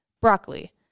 broccoli